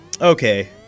okay